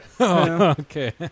Okay